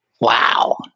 Wow